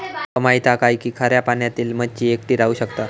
तुमका माहित हा काय की खाऱ्या पाण्यातली मच्छी एकटी राहू शकता